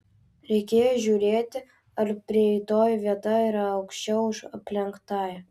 reikėjo žiūrėti ar prieitoji vieta yra aukščiau už aplenktąją